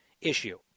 issue